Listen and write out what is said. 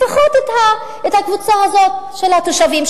לפחות את הקבוצה הזאת של התושבים,